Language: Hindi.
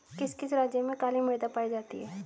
किस किस राज्य में काली मृदा पाई जाती है?